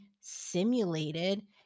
simulated